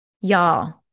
Y'all